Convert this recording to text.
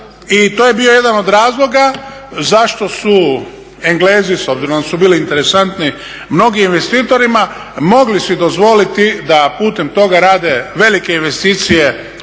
i to je bio jedan od razloga zašto su Englezi, s obzirom da su bili interesantni mnogim investitorima, mogli si dozvoliti da putem toga rade velike investicije,